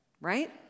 right